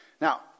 Now